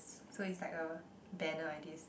so it's like a banner like this